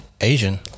Asian